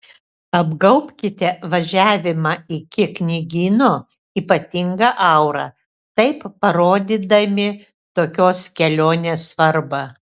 apgaubkite važiavimą iki knygyno ypatinga aura taip parodydami tokios kelionės svarbą